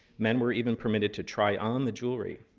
men were even permitted to try on the jewelry.